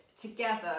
together